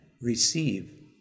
receive